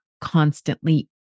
constantly